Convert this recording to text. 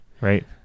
right